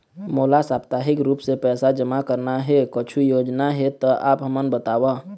मोला साप्ताहिक रूप से पैसा जमा करना हे, कुछू योजना हे त आप हमन बताव?